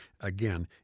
Again